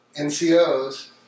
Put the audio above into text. NCOs